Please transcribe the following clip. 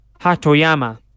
Hatoyama